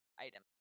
item